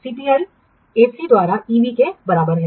CPI AC द्वारा EV के बराबर है